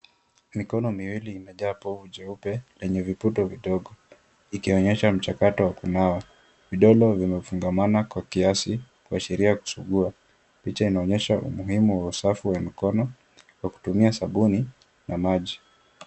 Mikono miwili imejaa povu jeupe lenye viputo vidogo ikionyesha mchakato wa kunawa. Vidole vimefungamana kwa kiasi kuashiria kusugua. Picha inaonyesha umuhimu wa usafi wa mikono kwa kutumia sabuni na maji.